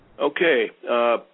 Okay